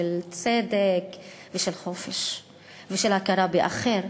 של צדק ושל חופש ושל הכרה באחר,